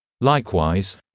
Likewise